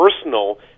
personal